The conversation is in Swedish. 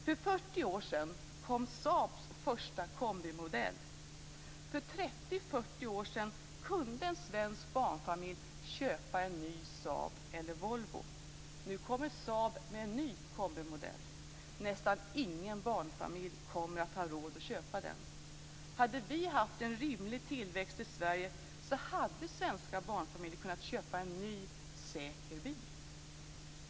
För 30-40 år sedan kunde en svensk barnfamilj köpa en ny Saab eller Volvo. Nu kommer Saab med en ny kombimodell, men nästan ingen barnfamilj kommer att ha råd att köpa den. Hade vi haft en rimlig tillväxt i Sverige hade svenska barnfamiljer kunnat köpa en ny, säker bil.